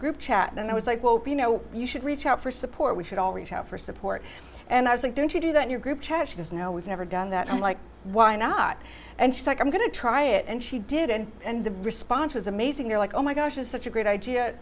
group chat and i was like whoa you know you should reach out for support we should all reach out for support and i was like don't you do that your group chart because now we've never done that i'm like why not and she's like i'm going to try it and she did and and the response was amazing they're like oh my gosh it's such a great idea